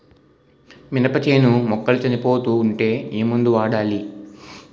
మినప చేను మొక్కలు చనిపోతూ ఉంటే ఏమందు వాడాలి?